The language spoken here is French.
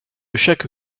chaque